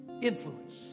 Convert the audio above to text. influence